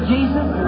Jesus